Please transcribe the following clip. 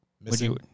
Missing